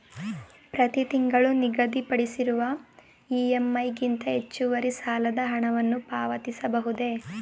ಪ್ರತಿ ತಿಂಗಳು ನಿಗದಿಪಡಿಸಿರುವ ಇ.ಎಂ.ಐ ಗಿಂತ ಹೆಚ್ಚುವರಿ ಸಾಲದ ಹಣವನ್ನು ಪಾವತಿಸಬಹುದೇ?